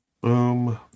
boom